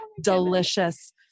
delicious